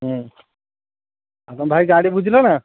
ଆଉ କ'ଣ ଭାଇ ଗାଡ଼ି ବୁଝିଲ ନା